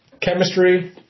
chemistry